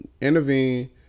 intervene